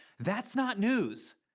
that's not news.